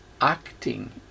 acting